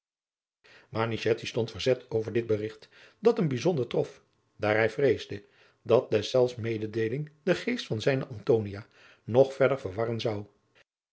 stond verzet over dit berigt dat hem bijzonder trof daar hij vreesde dat deszelfs mededeeling den geest van zijne antonia nog verder verwarren zou